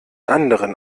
anderen